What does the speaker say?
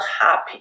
happy